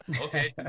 Okay